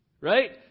right